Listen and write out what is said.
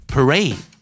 Parade